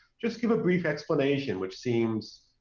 just give a brief explanation which seems